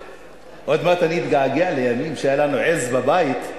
עוד מעט אני אתגעגע לימים שהיתה לנו עז בבית,